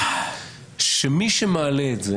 שמי שמעלה את זה